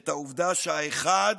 ואת העובדה שהאחד